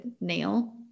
nail